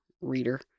reader